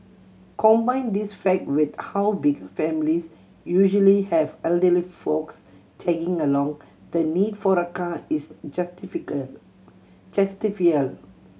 combine this fact with how bigger families usually have elderly folks tagging along the need for a car is